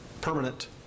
permanent